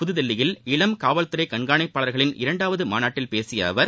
புத்தில்லியில் இளம் காவல்தறைக் கண்காணிப்பாளர்களின் இரண்டாவது மாநாட்டில் பேசிய அவர்